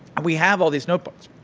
we have all these notebooks.